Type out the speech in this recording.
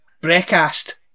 breakfast